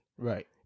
Right